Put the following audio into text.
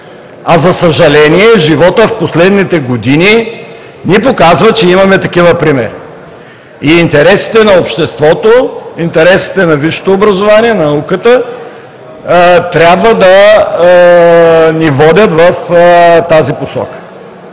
За съжаление, животът в последните години ни показва, че имаме такива примери и интересите на обществото, интересите на висшето образование, на науката трябва да ни водят в тази посока.